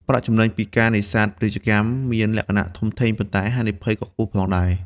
ប្រាក់ចំណេញពីការនេសាទពាណិជ្ជកម្មមានលក្ខណៈ ធំធេង ប៉ុន្តែហានិភ័យក៏ខ្ពស់ផងដែរ។